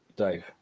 Dave